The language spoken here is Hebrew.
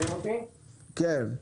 בבקשה.